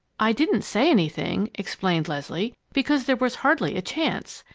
i didn't say anything, explained leslie, because there was hardly a chance.